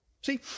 See